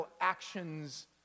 actions